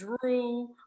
drew